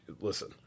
listen